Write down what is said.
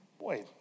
Boy